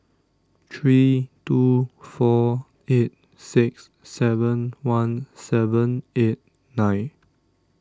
three two four eight six seven one seven eight nine